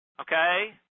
okay